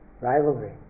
rivalry